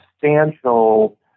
substantial